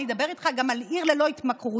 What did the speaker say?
אני אדבר איתך גם על עיר ללא התמכרויות,